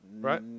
Right